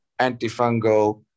antifungal